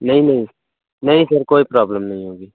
नहीं नहीं नहीं सर कोई प्रॉब्लम नहीं होगी